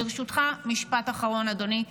ברשותך, משפט אחרון, אדוני היושב-ראש.